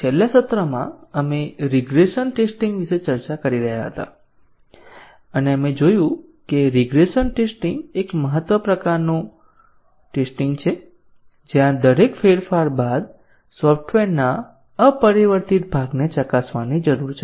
છેલ્લા સત્રમાં આપણે રીગ્રેસન ટેસ્ટિંગ વિશે ચર્ચા કરી રહ્યા હતા અને આપણે જોયું કે રીગ્રેસન ટેસ્ટિંગ એક મહત્વનું પ્રકારનું ટેસ્ટીંગ છે જ્યાં દરેક ફેરફાર બાદ સોફ્ટવેરના અપરિવર્તિત ભાગને ચકાસવાની જરૂર છે